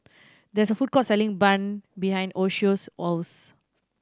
there is a food court selling bun behind Yoshio's house